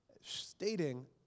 stating